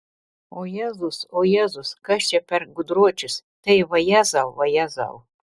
o jėzus o jėzus kas čia per gudročius tai vajezau vajezau